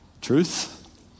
truth